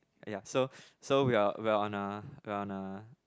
ya so so we are we are on a on a